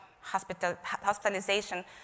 hospitalization